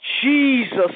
Jesus